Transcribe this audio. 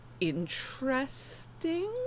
interesting